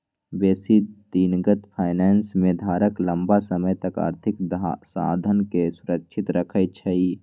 बेशी दिनगत फाइनेंस में धारक लम्मा समय तक आर्थिक साधनके सुरक्षित रखइ छइ